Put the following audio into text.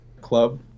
club